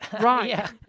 right